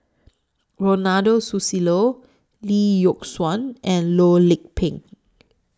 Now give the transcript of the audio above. Ronald Susilo Lee Yock Suan and Loh Lik Peng